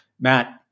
Matt